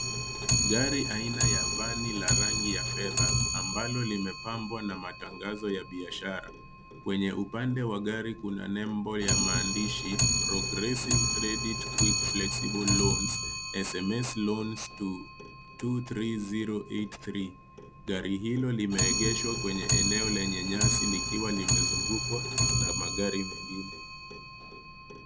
Gari aina ya vani la rangi ya fedha ambalo limepambwa na matangazo ya biashara. Kwenye upande wa gari kuna nembo ya maandishi, Progressive Credit Quick Flexible Loans, SMS Loans to 23083 . Gari hilo limeegeshwa kwenye eneo lenye nyasi likiwa limezungukwa na magari mengine.